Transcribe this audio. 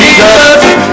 Jesus